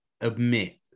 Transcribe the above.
admit